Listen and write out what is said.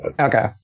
Okay